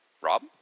Rob